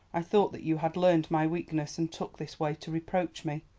i thought that you had learned my weakness and took this way to reproach me.